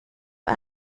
och